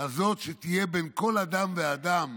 הזאת שתהיה בין כל אדם ואדם